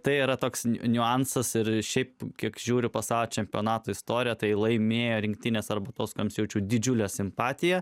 tai yra toks niuansas ir šiaip kiek žiūriu pasaulio čempionatų istoriją tai laimėjo rinktinės arba tos kurioms jaučiu didžiulę simpatiją